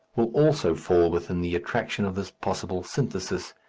will also fall within the attraction of this possible synthesis,